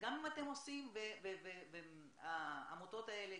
גם אם אתם עושים והעמותות האלה,